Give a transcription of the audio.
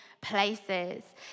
places